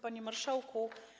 Panie Marszałku!